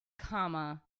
comma